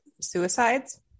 suicides